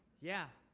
yeah.